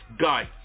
guy